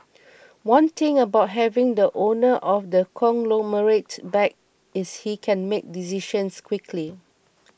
one good thing about having the owner of the conglomerate back is he can make decisions quickly